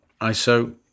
ISO